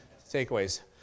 Takeaways